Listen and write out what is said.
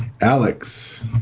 alex